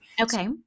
okay